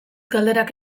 galderak